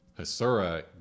Hasura